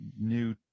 new